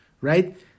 right